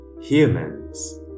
humans